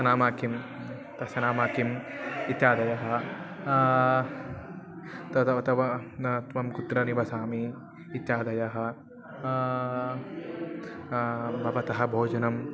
नाम किं तस्य नाम किम् इत्यादयः तदवतव न त्वं कुत्र निवसति इत्यादयः भवतः भोजनं